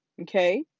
okay